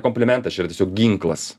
komplimentas čia yra tiesiog ginklas